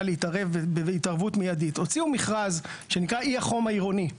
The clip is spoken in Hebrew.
להתערב התערבות מיידית הוציאו מכרז שנקרא אי החום העירוני.